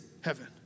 heaven